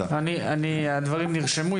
הדברים נרשמו.